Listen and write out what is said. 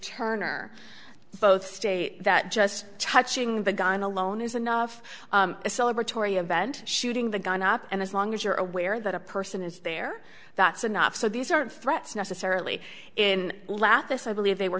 turner both state that just touching the gun alone is enough a celebratory event shooting the gun up and as long as you're aware that a person is there that's enough so these aren't threats necessarily in lathis i believe they were